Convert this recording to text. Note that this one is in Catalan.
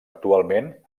actualment